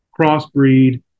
crossbreed